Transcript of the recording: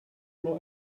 more